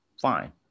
fine